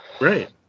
Right